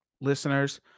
listeners